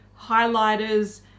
highlighters